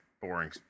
boring